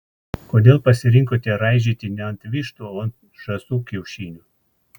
kodėl pasirinkote raižyti ne ant vištų o ant žąsų kiaušinių